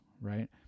right